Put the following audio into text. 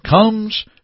comes